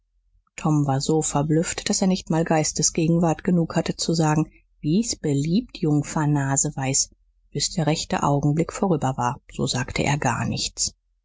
tom war so verblüfft daß er nicht mal geistesgegenwart genug hatte zu sagen wie's beliebt jungfer naseweis bis der rechte augenblick vorüber war so sagte er gar nichts